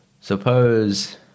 suppose